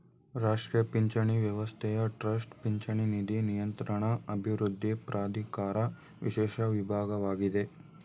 ರಾಷ್ಟ್ರೀಯ ಪಿಂಚಣಿ ವ್ಯವಸ್ಥೆಯ ಟ್ರಸ್ಟ್ ಪಿಂಚಣಿ ನಿಧಿ ನಿಯಂತ್ರಣ ಅಭಿವೃದ್ಧಿ ಪ್ರಾಧಿಕಾರ ವಿಶೇಷ ವಿಭಾಗವಾಗಿದೆ